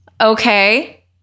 Okay